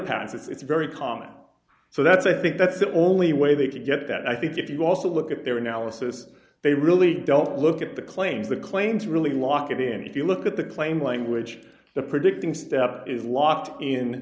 paths it's very common so that they think that's the only way they can get that i think if you also look at their analysis they really don't look at the claims the claims really lock it in if you look at the claim language the predicting step is locked in